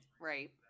Right